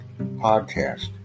podcast